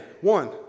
One